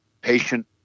patient